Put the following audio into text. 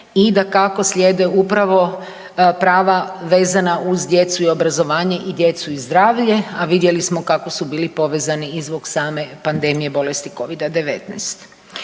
i dakako, slijede upravo prava vezana uz djecu i obrazovanje i djecu i zdravlje, a vidjeli smo kako su bili povezani i zbog same pandemije bolesti Covida-19.